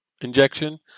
injection